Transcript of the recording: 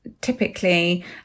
typically